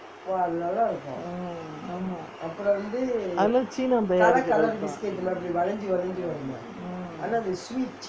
mm ஆமா அதான் சீன பேய் அடுக்கி வைப்பான்:aamaa athaan seena pei adukki vaippan mm